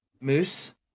Moose